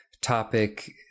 topic